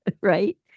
right